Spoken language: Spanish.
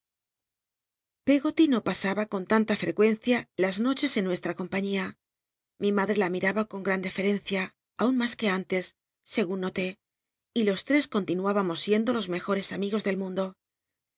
no pasaba con tanta frecuencia las noches en nuestra compa mi madre la miraba con gran defci'cncia aun mas cjue antes segun noté y los tres continuiibamos siendo los nwjores amigos del mundo